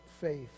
faith